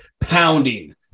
pounding